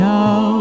now